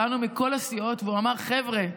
באנו מכל הסיעות, והוא אמר: חבר'ה,